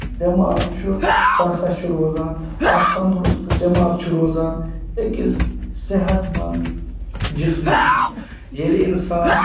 دیٚماغ چھُ سُہ ہَسا چھُ روزان اَکھ تنٛدرست دیٚماغ چھُ روزان أکِس صحت منٛد جِسمَس منٛز ییٚلہِ اِنسان